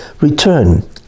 return